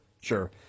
sure